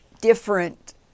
different